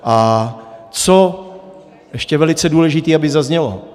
A co je ještě velice důležité, aby zaznělo?